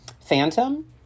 Phantom